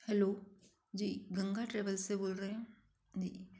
hello ji Ganga travel से बोल रहे हैं जी